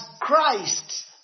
Christ